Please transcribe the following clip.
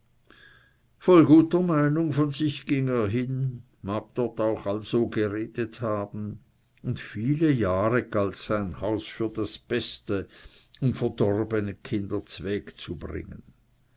voll guter meinung von sich ging er hin mag dort auch also geredet haben und viele jahre lang galt sein haus für das beste um verdorbene kinder z'weg zu bringen